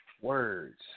Words